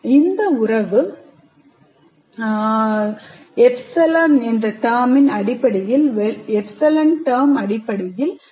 இந்த உறவு terms ε அடிப்படையில் வெளிப்படுத்தப்படுகிறது